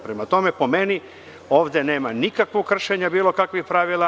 Prema tome, po meni ovde nema nikakvog kršenja bilo kakvih pravila.